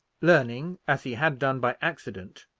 learning, as he had done by accident,